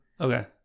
Okay